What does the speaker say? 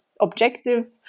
objective